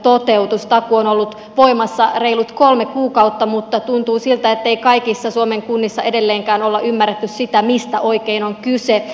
takuu on ollut voimassa reilut kolme kuukautta mutta tuntuu siltä ettei kaikissa suomen kunnissa edelleenkään olla ymmärretty sitä mistä oikein on kyse